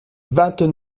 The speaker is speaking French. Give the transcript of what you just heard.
vingt